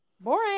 Boring